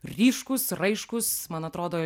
ryškūs raiškūs man atrodo